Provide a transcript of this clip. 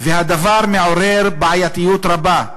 והדבר מעורר בעייתיות רבה.